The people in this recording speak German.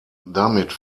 damit